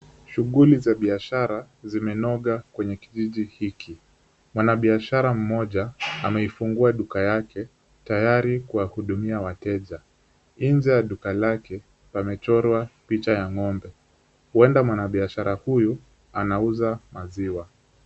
Shughuli za biashara zimenoga kwenye kijiji hiki. Mwanabiashara mmoja ameifungua duka yake, tayari kuwahudumia wateja. Nje ya duka lake pamechorwa picha ya ng'ombe. Huenda mwanabiashara huyu anauza maziwa .